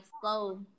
slow